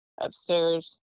upstairs